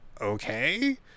okay